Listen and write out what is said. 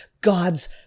God's